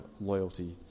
loyalty